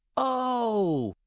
oh,